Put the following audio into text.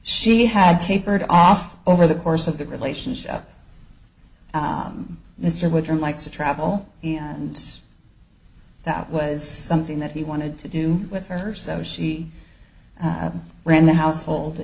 she had tapered off over the course of that relationship mr woodrum likes to travel and that was something that he wanted to do with her so she ran the household